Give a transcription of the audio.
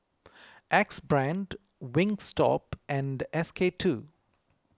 Axe Brand Wingstop and S K two